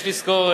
יש לזכור,